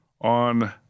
on